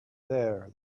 there